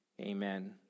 amen